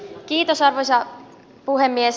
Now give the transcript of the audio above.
arvoisa puhemies